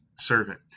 servant